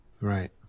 right